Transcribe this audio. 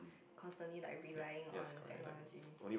constantly like relying on technology